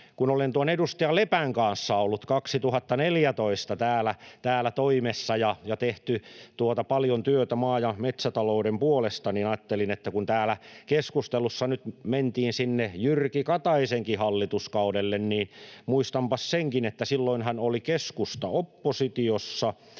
kun olen edustaja Lepän kanssa ollut 2014 täällä toimessa ja ollaan tehty paljon työtä maa- ja metsätalouden puolesta ja kun täällä keskustelussa nyt mentiin sinne Jyrki Kataisenkin hallituskaudelle, niin muistanpas senkin, että silloinhan oli keskusta oppositiossa